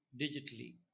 digitally